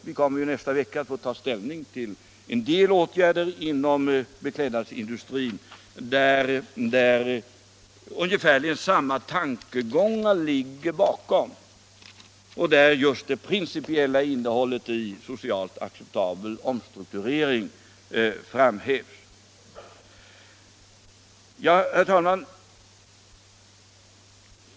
Vi får ju nästa vecka ta ställning till en del åtgärder inom beklädnadsindustrin, där ungefärligen samma tankegångar ligger bakom och där just det principiella innehållet i en socialt acceptabel omstrukturering framhävs. Herr talman!